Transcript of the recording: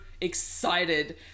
excited